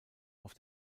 auf